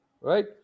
right